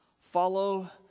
follow